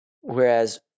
Whereas